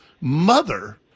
mother